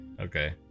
Okay